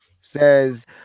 says